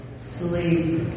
Sleep